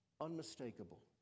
unmistakable